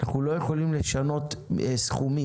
אנחנו לא יכולים לשנות סכומים,